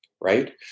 right